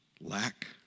lack